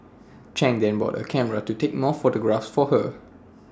chang then bought A camera to take more photographs for her